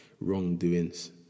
wrongdoings